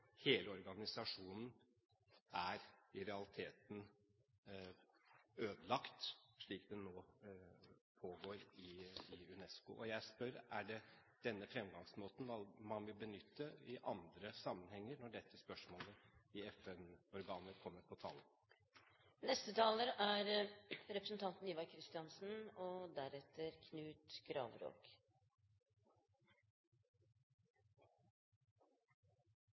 Hele organisasjonen er i realiteten ødelagt, slik det nå er i UNESCO. Og jeg spør: Er det denne fremgangsmåten man vil benytte i andre sammenhenger når dette spørsmålet i FN-organer kommer på tale? Jeg takker for en god og interessant redegjørelse og